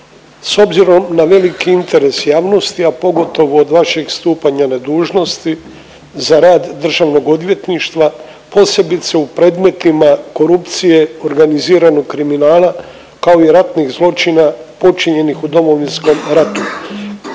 s obzirom na veliki interes javnosti, a pogotovo od vašeg stupanja na dužnosti, za rad državnog odvjetništva, posebice u predmetima korupcije i organiziranog kriminala, kao i ratnih zločina počinjenih u Domovinskom ratu,